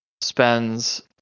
spends